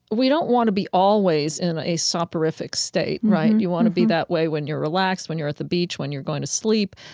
we don't want to be always in a soporific state, right? you want to be that way when you're relaxed, when you're at the beach, when you're going to sleep.